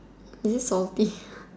is it salty